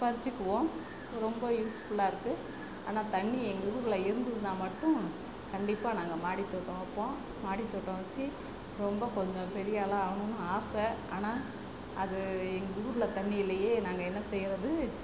பறிச்சுக்குவோம் ரொம்ப யூஸ்ஃபுல்லாக இருக்குது ஆனால் தண்ணி எங்கள் ஊரில் இருந்துருந்தால் மட்டும் கண்டிப்பாக நாங்கள் மாடித் தோட்டம் வைப்போம் மாடித் தோட்டம் வச்சு ரொம்ப கொஞ்சம் பெரிய ஆளாக ஆகணுன்னு ஆசை ஆனால் அது எங்கள் ஊரில் தண்ணி இல்லையே நாங்கள் என்ன செய்யறது